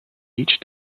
each